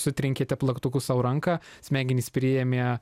sutrenkėte plaktuku sau ranką smegenys priėmė